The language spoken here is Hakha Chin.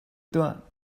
tuah